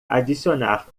adicionar